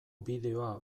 bideoa